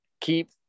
keep